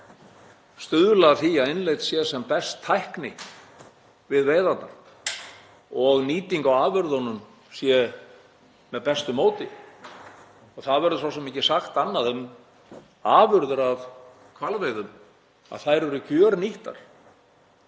og stuðla að því að innleidd sé sem best tækni við veiðarnar og að nýting á afurðunum sé með sem bestu móti. Það verður svo sem ekki sagt annað um afurðir af hvalveiðum en að þær séu gjörnýttar.